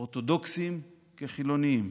אורתודוקסים כחילונים,